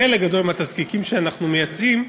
חלק גדול מהתזקיקים שאנחנו מייצאים,